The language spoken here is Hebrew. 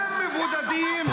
שמחזיקים את החטופים שלנו?